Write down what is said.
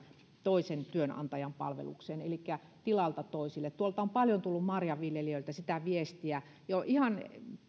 toisen työnantajan palvelukseen elikkä tilalta toiselle on paljon tullut marjanviljelijöiltä sitä viestiä jo